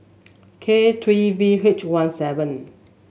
K three V H one seven